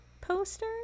poster